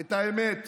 את האמת,